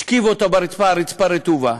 השכיב אותו על הרצפה, הרצפה הרטובה,